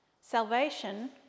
salvation